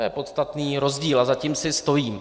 To je podstatný rozdíl a za tím si stojím.